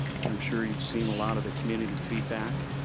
and i'm sure you've seen a lot of the community feedback.